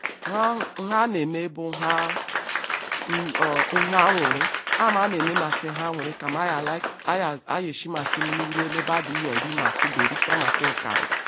Nha anaeme bu nha awun ham anemaji n ha awiri kam aye shie mesi mmwui elebada yeri masi be nkwa mas nnkari.